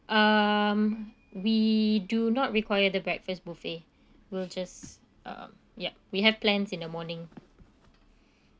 um we do not require the breakfast buffet we'll just uh yup we have plans in the morning